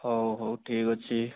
ହଉ ହଉ ଠିକ୍ ଅଛି